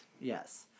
Yes